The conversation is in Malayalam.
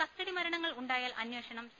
കസ്റ്റഡിമരണങ്ങൾ ഉണ്ടായാൽ അന്വേ ഷണം സി